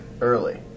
early